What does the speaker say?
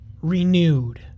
renewed